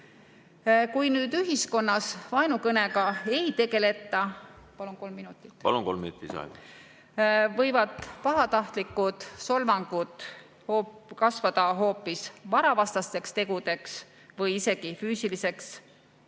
Kui nüüd ühiskonnas vaenukõnega ei tegeleta ... Palun kolm minutit juurde. Palun, kolm minutit lisaaega! ... võivad pahatahtlikud solvangud kasvada hoopis varavastasteks tegudeks või isegi füüsiliseks